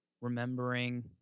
remembering